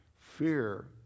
Fear